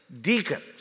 deacons